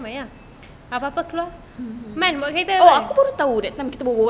apa-apa keluar man bawa kereta